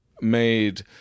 made